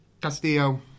Castillo